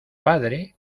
padre